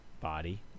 body